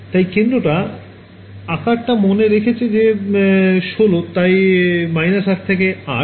তাই কেন্দ্রটা আকারতা মনে রেখেছে যে 16 তাই 8 থেকে 8